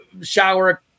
shower